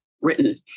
written